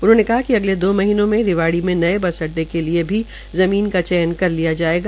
उन्होंने कहा कि अगले दो महीनों में रिवाड़ी में नये बस अड्डे के लिए ज़मीन कर चयन कर लिया जायेगा